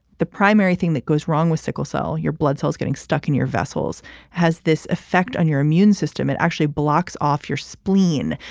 the primary thing that goes wrong with sickle cell your blood cells getting stuck in your vessels has this effect on your immune system. it actually blocks off your spleen,